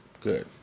good